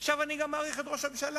אני גם מעריך את ראש הממשלה.